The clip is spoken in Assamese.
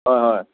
হয় হয়